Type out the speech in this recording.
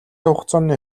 хугацааны